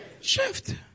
Shift